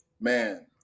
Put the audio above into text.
man